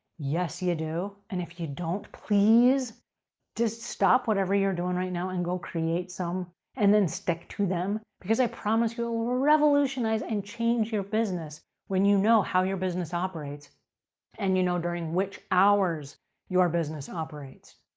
yes, you do. and if you don't, please just stop whatever you're doing right now and go create some and then stick to them, because i promise you it will revolutionize and change your business when you know how your business operates and you know during which hours your business operates.